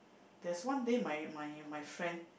there's one day my my my friend